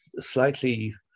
slightly